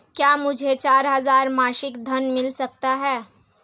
क्या मुझे चार हजार मासिक ऋण मिल सकता है?